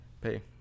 pay